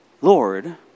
Lord